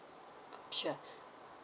sure